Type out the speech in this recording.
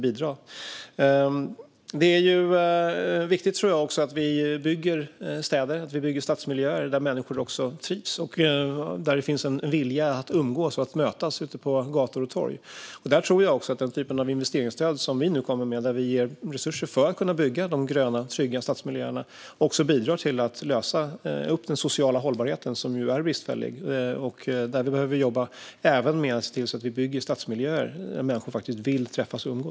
Det är viktigt att vi bygger städer och stadsmiljöer där människor trivs och där det finns en vilja att umgås och mötas ute på gator och torg. Jag tror att investeringsstöd, som det vi presenterar, med resurser för att man ska kunna bygga gröna och trygga stadsmiljöer bidrar till en lösning för den sociala hållbarhet som är bristfällig. Vi behöver även bygga stadsmiljöer där människor vill träffas och umgås.